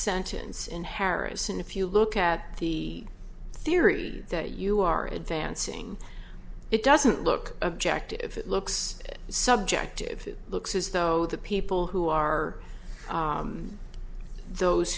sentence in harrison if you look at the theory that you are advancing it doesn't look objective it looks at subjective looks as though the people who are those